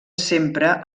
sempre